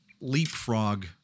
leapfrog